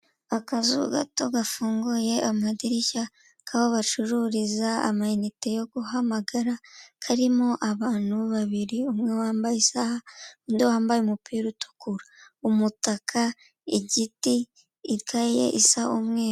Akazu gato gafunguye amadirishya kaho bacururiz amayinite yo guhamagara karimo abantu babiri, umwe wambaye isaha, undi wambaye, umupira utukura, umutaka, igiti, ikaye isa umweru.